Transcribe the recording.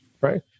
right